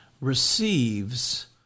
receives